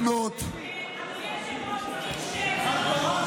אני מבקש לפנות, זה לא נכון.